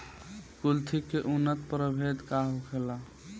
कुलथी के उन्नत प्रभेद का होखेला?